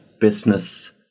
Business